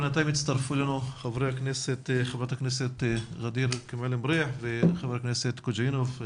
בינתיים הצטרפו אלינו ח"כ ע'דיר כמאל מריח וח"כ קוז'ינוב.